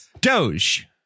doge